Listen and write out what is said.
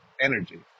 energy